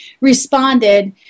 responded